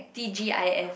T_G_I_F